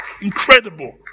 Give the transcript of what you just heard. incredible